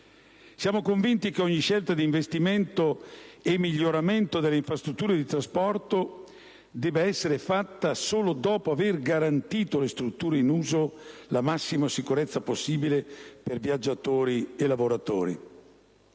Siamo convinti che ogni scelta di investimento e miglioramento delle infrastrutture di trasporto debba essere fatta solo dopo aver garantito per le strutture in uso la massima sicurezza possibile, per viaggiatori e lavoratori.